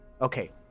Okay